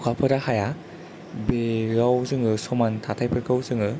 अखाफोरा हाया बेयाव जोङो समान थाथायफोरखौ जोङो